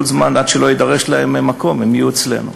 כל זמן, עד שלא יידרש להם מקום, הם יהיו אצלנו.